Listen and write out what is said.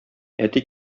әти